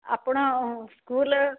ଆପଣ ସ୍କୁଲ୍